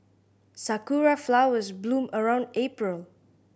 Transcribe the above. sakura flowers bloom around April